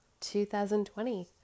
2020